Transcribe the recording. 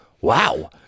wow